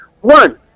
One